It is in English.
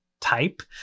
Type